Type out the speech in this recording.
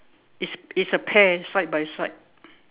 it's it's a pair side by side